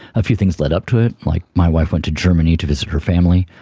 a few things led up to it, like my wife went to germany to visit her family,